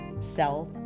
self